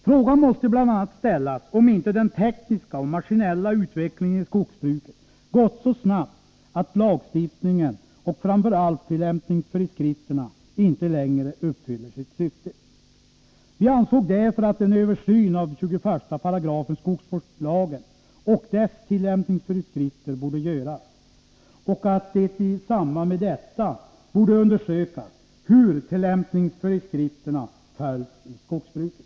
Frågan måste bl.a. ställas om inte den tekniska och maskinella utvecklingen i skogsbruket gått så snabbt att lagstiftningen och framför allt tillämpningsföreskrifterna inte längre uppfyller sitt syfte.” Vi ansåg därför att en översyn av 21§ skogsvårdslagen och dess tillämpningsföreskrifter borde göras och att det i samband med detta borde undersökas hur tillämpningsföreskrifterna följs i skogsbruket.